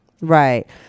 Right